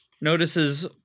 notices